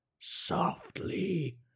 softly